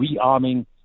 rearming